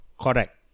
Correct